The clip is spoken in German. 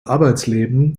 arbeitsleben